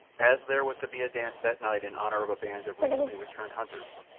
as there was to be a dance that night in honour of a band of recently returned hunters,